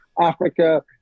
Africa